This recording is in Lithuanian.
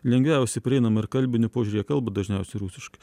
lengviausiai prieinama ir kalbiniu požiūriu jie kalba dažniausiai rusiškai